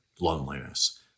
loneliness